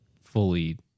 fully